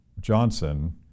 Johnson